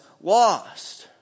lost